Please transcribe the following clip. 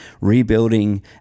rebuilding